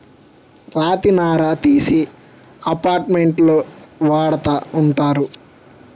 రాతి నార తీసి అపార్ట్మెంట్లో వాడతా ఉంటారు